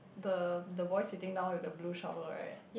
the the boy sitting down with the blue shower right